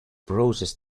process